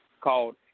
called